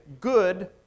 good